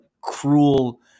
cruel